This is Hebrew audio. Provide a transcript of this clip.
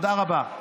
תודה רבה.